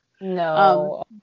No